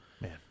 Man